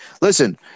listen